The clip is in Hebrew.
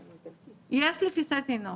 יש לי כיסא תינוק.